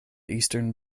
eastern